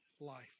life